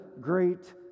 great